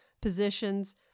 positions